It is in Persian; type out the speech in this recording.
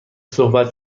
صحبت